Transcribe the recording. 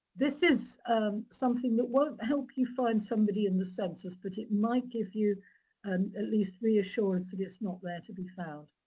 this is something that won't help you find somebody in the census, but it might give you and at least reassurance that it's not there to be found.